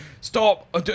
stop